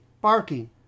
barking